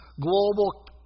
global